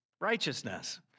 Righteousness